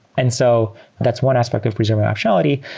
and so that's one aspect of preserving optionality.